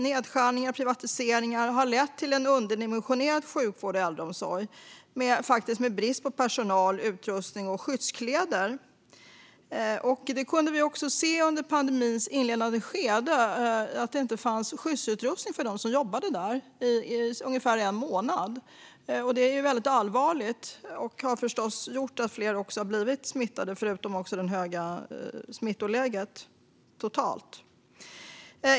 Nedskärningar och privatiseringar har lett till en underdimensionerad sjukvård och äldreomsorg med brist på personal, utrustning och skyddskläder. Det kunde vi också se under pandemins inledande skede: I ungefär en månad fanns det inte skyddsutrustning för dem som jobbade där. Det är väldigt allvarligt och har förstås gjort att fler har blivit smittade, förutom att det totalt har varit ett allvarligt smittläge.